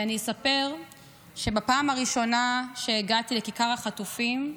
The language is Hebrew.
אספר שבפעם הראשונה שהגעתי לכיכר החטופים,